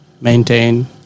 maintain